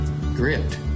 grit